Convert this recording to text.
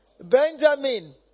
Benjamin